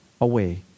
away